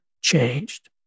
changed